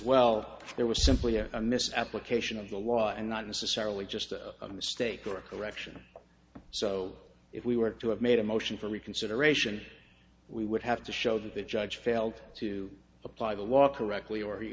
well there was simply a mis application of the law and not necessarily just a mistake or a correction so if we were to have made a motion for reconsideration we would have to show that the judge failed to apply the law correctly or he